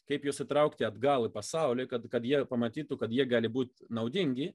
kaip juos įsitraukti atgal į pasaulį kad kad jie pamatytų kad jie gali būti naudingi